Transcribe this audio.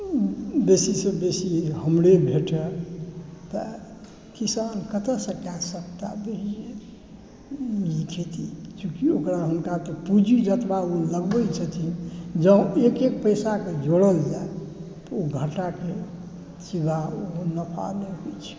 बेसीसँ बेसी हमरे भेटए तऽ किसान कतयसँ कऽ सकता ई खेती चूँकि हुनका तऽ पूँजी जतबा ओ लगबै छथिन जँ एक एक पैसाक जोड़ल जाए तऽ ओ घाटाके सिवा ओ नफ़ा नहि होइ छै